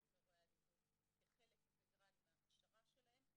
עם אירועי אלימות כחלק אינטגרלי מההכשרה שלהם,